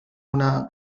una